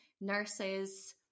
nurses